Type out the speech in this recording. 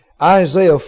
Isaiah